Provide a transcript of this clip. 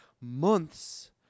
months